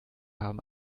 haben